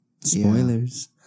Spoilers